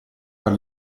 per